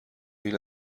این